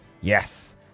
Yes